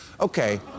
Okay